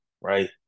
right